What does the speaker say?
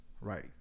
Right